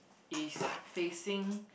is facing